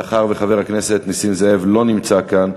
מאחר שחבר הכנסת נסים זאב לא נמצא כאן,